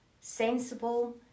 sensible